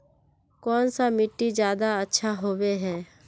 कौन सा मिट्टी ज्यादा अच्छा होबे है?